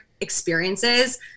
experiences